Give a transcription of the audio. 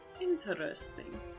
Interesting